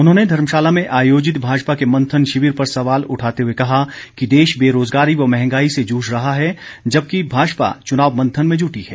उन्होंने धर्मशाला में आयोजित भाजपा के मंथन शिविर पर सवाल उठाते हुए कहा कि देश बेरोजगारी व मंहगाई से जूझ रहा है जबकि भाजपा चुनाव मंथन में जुटी है